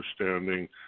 understanding